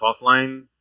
offline